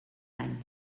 any